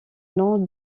nom